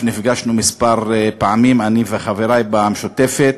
ואף נפגשנו כמה פעמים, אני וחברי ברשימה המשותפת,